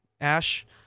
Ash